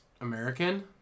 American